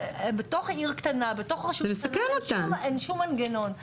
בתוך עיר קטנה, בתוך רשות קטנה, אין שום מנגנון.